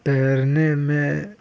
तैरने में